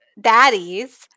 daddies